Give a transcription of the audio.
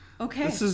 Okay